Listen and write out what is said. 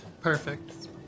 Perfect